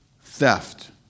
theft